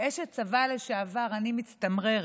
כאשת צבא לשעבר אני מצטמררת